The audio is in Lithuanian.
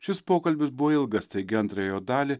šis pokalbis buvo ilgas taigi antrą jo dalį